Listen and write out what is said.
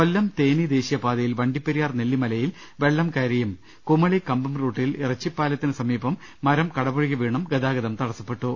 കൊല്ലം തേനി ദേശീയപാതയിൽ വണ്ടിപ്പെരിയാർ നെല്ലിമലയിൽ വെള്ളം കയറിയും കുമളി കമ്പം റൂട്ടിൽ ഇറച്ചി പ്പാലത്തിന് സമീപം മരം കടപുഴകി വീണും ഗതാഗതം തടസപ്പെട്ടു